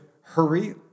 hurry